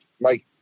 Mike